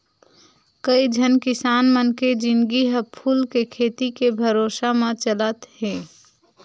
कइझन किसान मन के जिनगी ह फूल के खेती के भरोसा म चलत हे